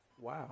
Wow